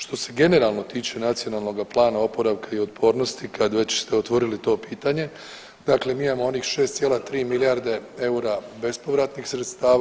Što se generalno tiče Nacionalnoga plana oporavka i otpornosti kad već ste otvorili to pitanje, dakle mi imamo onih 6,3 milijarde eura bespovratnih sredstava.